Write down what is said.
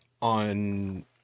on